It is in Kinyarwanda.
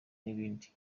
n’ibindi